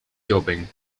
doping